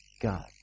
God